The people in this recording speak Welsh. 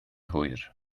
hwyr